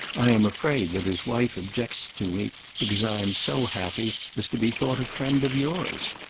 i am afraid that his wife objects to me because i am so happy as to be thought a friend of yours.